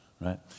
right